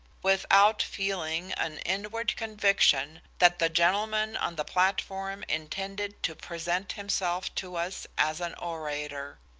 without feeling an inward conviction that the gentleman on the platform intended to present himself to us as an orator.